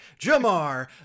Jamar